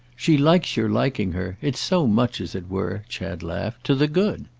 she likes your liking her it's so much, as it were, chad laughed, to the good.